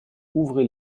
ouvrez